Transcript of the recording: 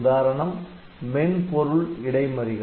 உதாரணம் மென்பொருள் இடைமறிகள்